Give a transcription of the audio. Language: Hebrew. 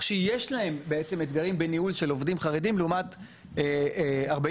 שיש להם אתגרים בניהול של עובדים חרדים לעומת 46%